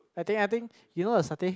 I think I think you know the satay